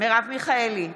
מרב מיכאלי,